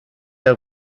der